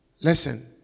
listen